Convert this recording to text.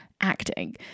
acting